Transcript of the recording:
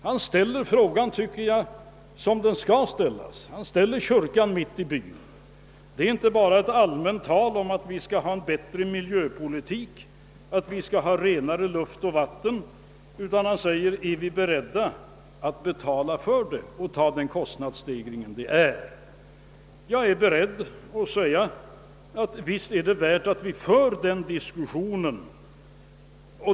Han ställer frågan som den skall ställas, och han ställer kyrkan mitt i byn. Han för inte bara ett allmänt tal om att vi skall ha bättre miljö, renare luft och renare vatten, utan han reser frågan, om vi är beredda att betala för det.